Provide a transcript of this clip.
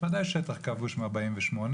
בוודאי שטח כבוש מ-1948.